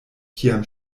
kiam